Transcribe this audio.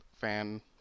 fan